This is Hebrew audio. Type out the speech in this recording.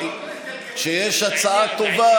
כשיש הצעה טובה,